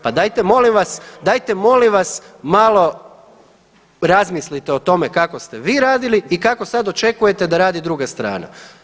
Pa dajte molim vas, dajte molim vas malo razmislite o tome kako ste vi radili i kako sad očekujete da radi druga strana.